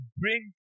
bring